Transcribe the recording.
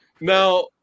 now